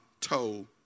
told